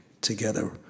together